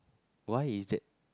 why is that